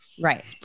Right